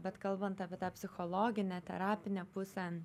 bet kalbant apie tą psichologinę terapinę pusę